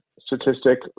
statistic